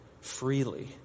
freely